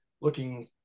looking